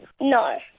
No